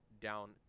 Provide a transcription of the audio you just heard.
down